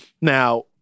Now